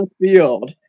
field